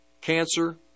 cancer